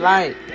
light